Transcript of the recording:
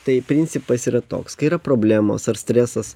tai principas yra toks kai yra problemos ar stresas